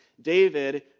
David